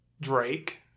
Drake